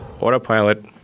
autopilot